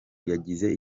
yagize